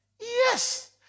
yes